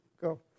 go